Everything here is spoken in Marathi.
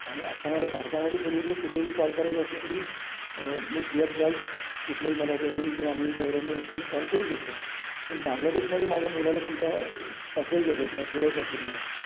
आणि आत्ता मला भारतामध्ये सगळीकडे कुठेही कॉल करायचं असलं तरी मी फ्री ऑफ चार्ज कुठलंही मला रोमिंग किंवा हे द्यायला न लागता मी कॉल करू शकतो पण बांग्लादेशमध्ये माझ्या मुलाला समजा पाठवायचं असेल किंवा ठेवायचं असेल मला